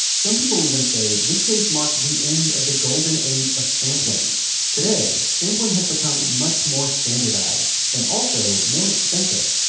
some people even say this case marked the end of the golden age of sampling today, sampling has become much more standardized, and also more expensive.